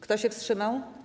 Kto się wstrzymał?